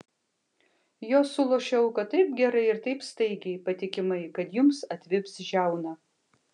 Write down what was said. jos sulošia auką taip gerai ir taip staigiai patikimai kad jums atvips žiauna